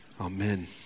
Amen